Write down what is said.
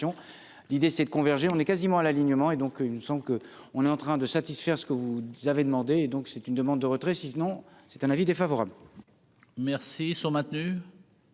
l'idée c'est de converger, on est quasiment à l'alignement, et donc il me semble que on est en train de satisfaire ce que vous avait demandé donc c'est une demande de retrait six non, c'est un avis défavorable. Merci sont maintenus.